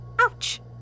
Ouch